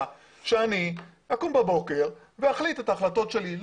שאני אקום בבוקר ואחליט את ההחלטות שלי.